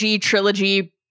trilogy